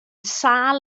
sâl